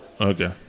Okay